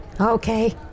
Okay